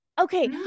Okay